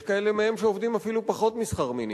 יש כאלה מהם שעובדים אפילו פחות משכר מינימום.